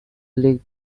league